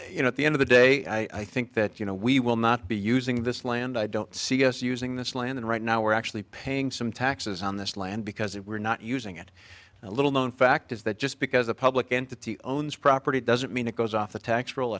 you know at the end of the day i think that you know we will not be using this land i don't see us using this land and right now we're actually paying some taxes on this land because if we're not using it a little known fact is that just because a public entity owns property doesn't mean it goes off the tax rol